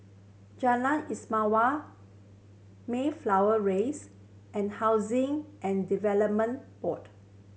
Jalan Istimewa Mayflower Rise and Housing and Development Board